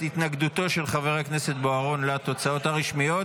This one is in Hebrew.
התנגדותו של חבר הכנסת בוארון לתוצאות הרשמיות,